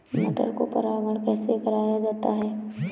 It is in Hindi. मटर को परागण कैसे कराया जाता है?